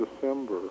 December